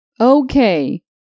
Okay